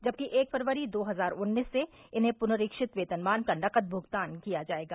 जबकि एक फरवरी दो हजार उन्नीस से इन्हें पुनरीक्षित वेतनमान का नकद भ्गतान किया जायेगा